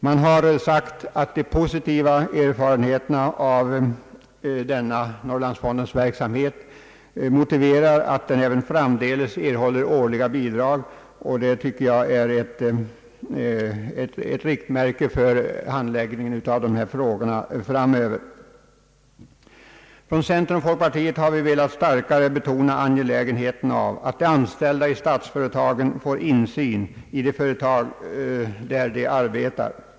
Utskottet framhåller att de positiva erfarenheterna av Norrlandsfondens verksamhet motiverar att den även framdeles erhåller årliga bidrag. Det anser jag bör vara ett riktmärke vid handläggningen av dessa frågor framöver. Från centern och folkpartiet har vi starkare velat betona angelägenheten av att de anställda i statsföretagen får insyn i de företag där de arbetar.